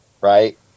right